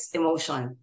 emotion